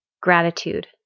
Gratitude